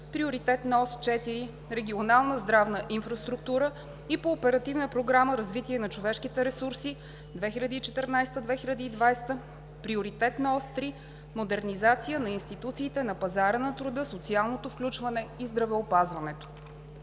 Приоритетна ос 4 „Регионална здравна инфраструктура“ и по Оперативна програма „Развитие на човешките ресурси“ 2014 – 2020, Приоритетна ос 3 „Модернизация на институциите на пазара на труда, социалното включване и здравеопазването“.